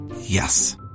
Yes